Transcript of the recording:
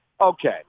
Okay